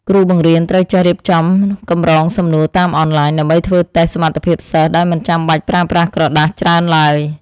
គ្រូបង្រៀនត្រូវចេះរៀបចំកម្រងសំណួរតាមអនឡាញដើម្បីធ្វើតេស្តសមត្ថភាពសិស្សដោយមិនចាំបាច់ប្រើប្រាស់ក្រដាសច្រើនឡើយ។